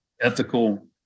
ethical